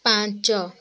ପାଞ୍ଚ